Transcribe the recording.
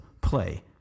play